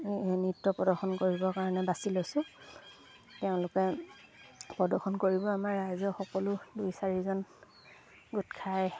নৃত্য প্ৰদৰ্শন কৰিবৰ কাৰণে বাচি লৈছোঁ তেওঁলোকে প্ৰদৰ্শন কৰিব আমাৰ ৰাইজৰ সকলো দুই চাৰিজন গোট খাই